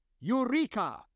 Eureka